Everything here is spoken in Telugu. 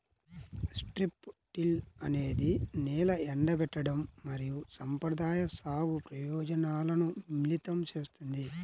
స్ట్రిప్ టిల్ అనేది నేల ఎండబెట్టడం మరియు సంప్రదాయ సాగు ప్రయోజనాలను మిళితం చేస్తుంది